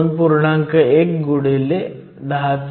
1 x 106